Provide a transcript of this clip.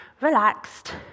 relaxed